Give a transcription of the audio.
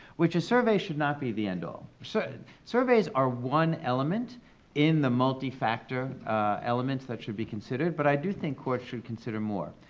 which is, surveys should not be the end-all. surveys are one element in the multifactor elements that should be considered, but i do think courts should consider more.